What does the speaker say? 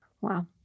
Wow